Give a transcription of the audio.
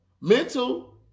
mental